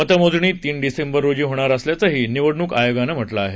मतमोजणी तीन डिसेंबर रोजी होणार असल्याचंही निवडणुक आयोगानं म्हटलं आहे